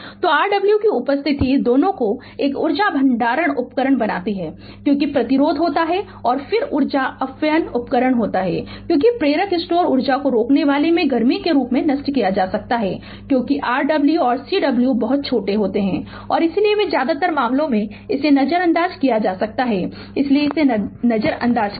तो Rw की उपस्थिति दोनों को एक ऊर्जा भंडारण उपकरण बनाती है क्योंकि प्रतिरोध होता है और फिर ऊर्जा अपव्यय उपकरण होता है क्योंकि प्रेरक स्टोर ऊर्जा को रोकनेवाला में गर्मी के रूप में नष्ट किया जा सकता है क्योंकि Rw और Cw बहुत छोटे होते हैं और इसलिए वे ज्यादातर मामलों में इसे नजरअंदाज किया जा सकता है इसलिए इसे नजरअंदाज करें